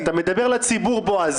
אתה מדבר לציבור, בועז.